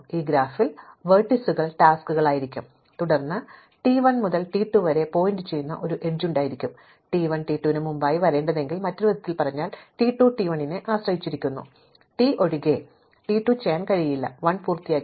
ഈ ഗ്രാഫിൽ വെർട്ടീസുകൾ ടാസ്ക്കുകളായിരിക്കും തുടർന്ന് ടി 1 മുതൽ ടി 2 വരെ പോയിന്റുചെയ്യുന്ന ഒരു എഡ്ജ് ഉണ്ടായിരിക്കും ടി 1 ടി 2 ന് മുമ്പായി വരേണ്ടതാണെങ്കിൽ മറ്റൊരു വിധത്തിൽ പറഞ്ഞാൽ ടി 2 ടി 1 നെ ആശ്രയിച്ചിരിക്കുന്നു ടി ഒഴികെ ടി 2 ചെയ്യാൻ കഴിയില്ല 1 പൂർത്തിയായി